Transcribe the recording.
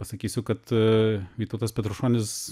pasakysiu kad vytautas petrušonis